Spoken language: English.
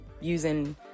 using